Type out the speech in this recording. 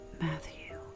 Matthew